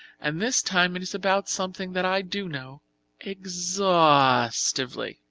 and this time it is about something that i do know exhaustively.